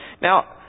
now